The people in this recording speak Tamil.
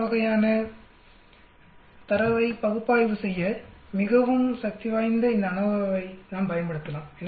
இந்த வகையான தரவை பகுப்பாய்வு செய்ய மிகவும் சக்திவாய்ந்த இந்த அநோவாவை நான் பயன்படுத்தலாம்